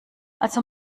also